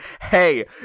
hey